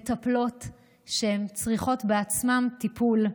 מטפלות שצריכות בעצמן טיפול,